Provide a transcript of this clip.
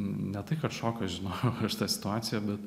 ne tai kad šokas žinojau aš tą situaciją bet